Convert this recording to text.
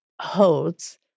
holds